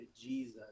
Jesus